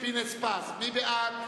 עזרא, מי בעד?